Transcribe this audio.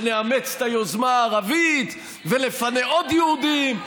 שנאמץ את היוזמה הערבית ונפנה עוד יהודים,